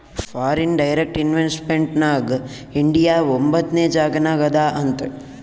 foreign direct investment ನಾಗ್ India ಒಂಬತ್ನೆ ಜಾಗನಾಗ್ ಅದಾ ಅಂತ್